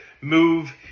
move